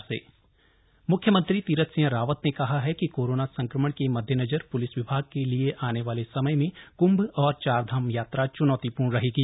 CM बैठक म्ख्यमंत्री तीरथ सिंह रावत ने कहा है कि कोरोना संक्रमण के मद्देनजर प्लिस विभाग के लिए आने वाले समय में क्म्भ और चारधाम यात्रा च्नौतीपूर्ण रहेगी है